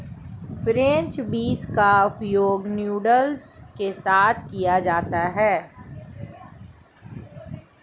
French beans का प्रयोग noodles के साथ किया जाता है